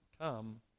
come